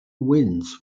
winds